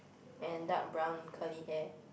and dark brown curly hair